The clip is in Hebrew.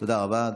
תודה רבה.